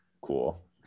cool